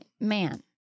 man